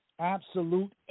absolute